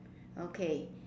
okay